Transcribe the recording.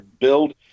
build